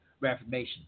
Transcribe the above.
Reformation